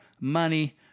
money